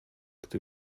gdy